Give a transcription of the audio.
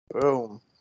Boom